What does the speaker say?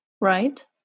right